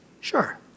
Sure